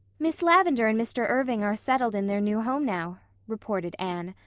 miss lavendar and mr. irving are settled in their new home now, reported anne.